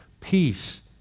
Peace